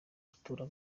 atura